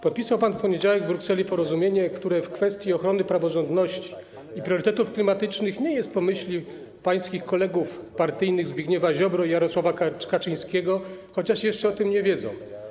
Podpisał pan w poniedziałek w Brukseli porozumienie, które w kwestii ochrony praworządności i priorytetów klimatycznych nie jest po myśli pańskich kolegów partyjnych: Zbigniewa Ziobry i Jarosława Kaczyńskiego, chociaż jeszcze o tym nie wiedzą.